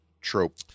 trope